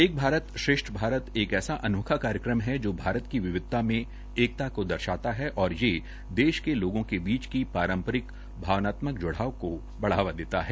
एक भारत श्रेष्ठ भारत एक ऐसा अनोखा कार्यक्रम है जो भारत की विविधता में एकता को दर्शाता है और ये देश के लोगों के बीच की पारंपरिक भावनात्मक जुड़ाव को बढ़ावा देता है